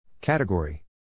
Category